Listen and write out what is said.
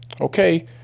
okay